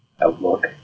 outlook